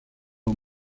aux